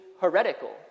heretical